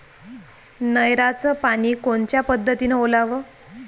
नयराचं पानी कोनच्या पद्धतीनं ओलाव?